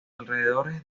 alrededores